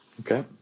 okay